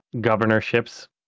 governorships